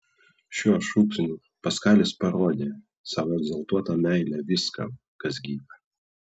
šiuo šūksniu paskalis parodė savo egzaltuotą meilę viskam kas gyva